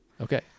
okay